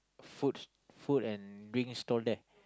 foods food and drink stall there